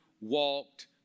walked